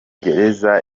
gereza